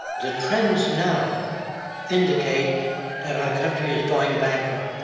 the trends now indicate that our country is going bankrupt.